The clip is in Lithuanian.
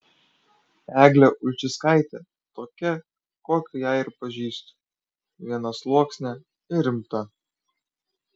eglė ulčickaitė tokia kokią ją ir pažįstu vienasluoksnė ir rimta